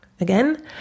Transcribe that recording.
Again